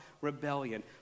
rebellion